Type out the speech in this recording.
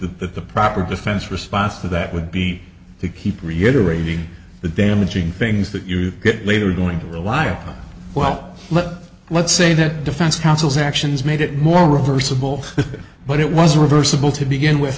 the that the proper defense response to that would be to keep reiterating the damaging things that you get later going to rely on well let let's say that defense counsel's actions made it more reversible but it was reversible to begin with